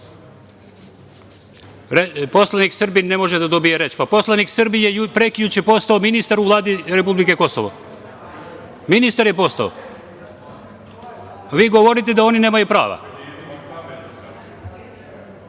zaustave. Poslanik Srbin ne može da dobije reč? Pa, poslanik Srbin je prekjuče postao ministar u Vladi republike Kosovo. Ministar je postao. Vi govorite da oni nemaju prava.